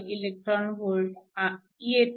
96eV येते